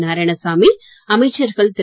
நாராயணசாமி அமைச்சர்கள் திரு